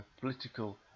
political